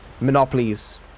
monopolies